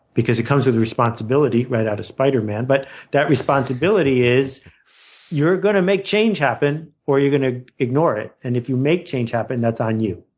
because it comes with responsibility, right out of spiderman, but that responsibility is you're going to make change happen or you're going to ignore it. and if you make change happen, that's on you.